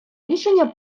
рішення